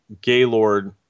Gaylord